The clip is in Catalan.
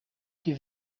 qui